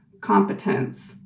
competence